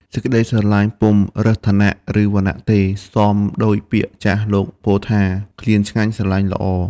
សេចក្ដីស្រលាញ់ពុំរើសឋានៈ ឬ វណ្ណៈទេ សមដូចពាក្យចាស់លោកពោលថា ឃ្លានឆ្ងាញ់ ស្រលាញ់ល្អ ។